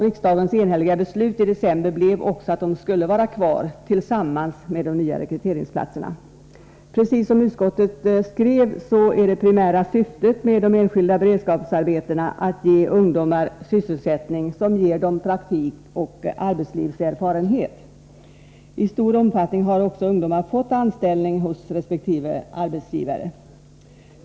Riksdagens enhälliga beslut i december blev också att de skulle vara kvar tillsammans med de nya rekryteringsplatserna. Precis som utskottet skrev är det primära syftet med de enskilda beredskapsarbetena att ge ungdomar sysselsättning, som ger dem praktik och arbetslivserfarenhet. I stor omfattning har följden blivit att ungdomar har fått anställning hos resp. arbetsgivare.